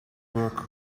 work